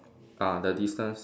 ah the distance